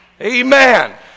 Amen